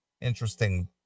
interesting